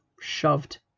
shoved